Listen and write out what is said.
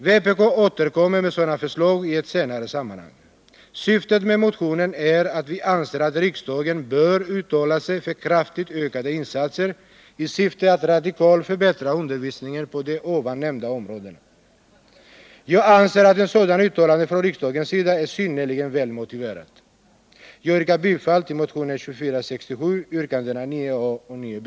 Vpk återkommer med sådana förslag i ett senare sammanhang. Syftet med motionen är att framhålla att riksdagen bör uttala sig för kraftigt ökade insatser i syfte att radikalt förbättra undervisningen på nämnda områden. Jag anser att ett sådant uttalande från riksdagens sida är synnerligen väl motiverat. Herr talman! Jag yrkar bifall till motionen 2467, yrkandena 9 a och 9 b.